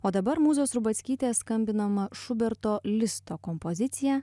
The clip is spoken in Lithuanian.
o dabar mūzos rubackytės skambinama šuberto listo kompozicija